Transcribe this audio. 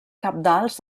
cabdals